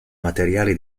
materiali